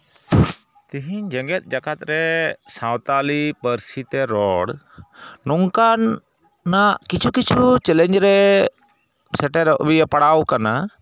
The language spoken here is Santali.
ᱛᱮᱦᱤᱧ ᱡᱮᱸᱜᱮᱛ ᱡᱟᱠᱟᱛ ᱨᱮ ᱥᱟᱱᱛᱟᱞᱤ ᱯᱟᱹᱨᱥᱤ ᱛᱮ ᱨᱚᱲ ᱱᱚᱝᱠᱟᱱᱟᱜ ᱠᱤᱪᱷᱩ ᱠᱤᱪᱷᱩ ᱪᱮᱞᱮᱧᱡᱽ ᱨᱮ ᱥᱮᱴᱮᱨᱚᱜ ᱯᱟᱲᱟᱣ ᱠᱟᱱᱟ